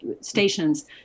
stations